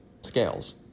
Scales